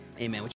amen